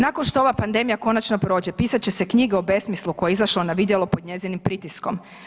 Nakon što ova pandemija konačno prođe, pisat će se knjige o besmislu koja je izašla na vidjelo pod njezinim pritiskom.